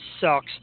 Sucks